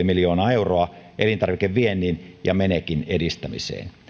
miljoonaa euroa elintarvikeviennin ja menekin edistämiseen